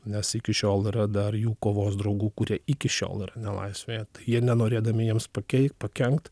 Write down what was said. nes iki šiol yra dar jų kovos draugų kurie iki šiol yra nelaisvėje jie nenorėdami jiems pakei pakenkt